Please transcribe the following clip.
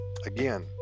Again